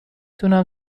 تونم